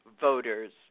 voters